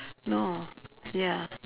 no ya